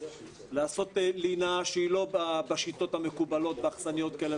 לעשות לינה שהיא לא בשיטות המקובלות באכסניות כאלה